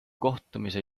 kohtumise